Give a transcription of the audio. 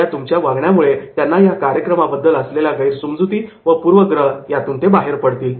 या तुमच्या या वागण्यामुळे त्यांना या कार्यक्रमाबद्दल असलेल्या गैरसमजुती व पूर्वग्रह यातून ते बाहेर येतील